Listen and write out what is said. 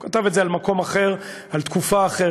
הוא כתב את זה על מקום אחר, על תקופה אחרת,